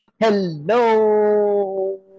Hello